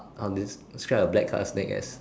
I'll describe a black colour snake as